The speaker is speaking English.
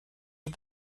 book